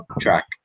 track